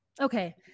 Okay